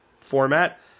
format